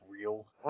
real